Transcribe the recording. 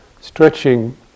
stretching